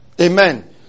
Amen